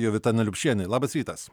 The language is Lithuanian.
jovita neliupšienė labas rytas